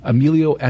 Emilio